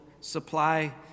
supply